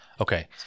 Okay